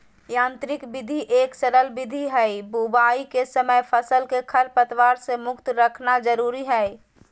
यांत्रिक विधि एक सरल विधि हई, बुवाई के समय फसल के खरपतवार से मुक्त रखना जरुरी हई